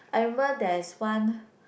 I remember there is one